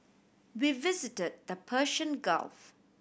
we visited the Persian Gulf